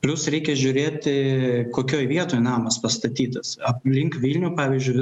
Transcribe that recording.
plius reikia žiūrėti kokioj vietoj namas pastatytas aplink vilnių pavyzdžiui